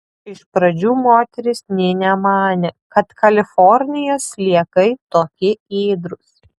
iš pradžių moteris nė nemanė kad kalifornijos sliekai tokie ėdrūs